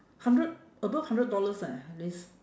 hundred above hundred dollars eh at least